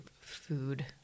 food